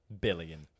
billion